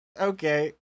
Okay